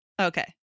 Okay